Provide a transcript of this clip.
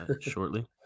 shortly